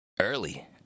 early